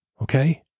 okay